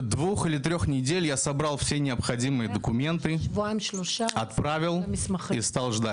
במשך שבועיים שלושה אספתי את כל המסמכים.